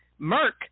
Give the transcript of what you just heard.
Merck